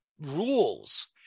rules